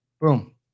boom